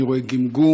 אני רואה גמגום,